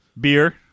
Beer